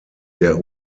der